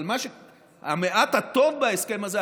אבל המעט הטוב בהסכם הזה,